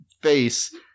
face